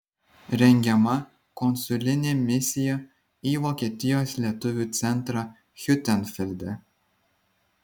rengiama konsulinė misiją į vokietijos lietuvių centrą hiutenfelde